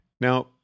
Now